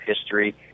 history